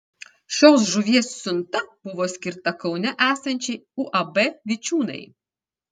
šios žuvies siunta buvo skirta kaune esančiai uab vičiūnai